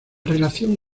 relación